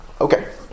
okay